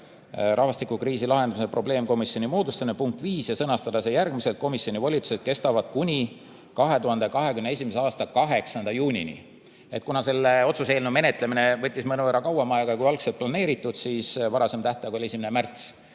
"Rahvastikukriisi lahendamise probleemkomisjoni moodustamine" punkti 5 ja sõnastada see järgmiselt: "Komisjoni volitused kestavad kuni 2021. aasta 8. juunini." Kuna selle otsuse eelnõu menetlemine võttis mõnevõrra kauem aega, kui algselt planeeritud (varasem tähtaeg oli 1. märts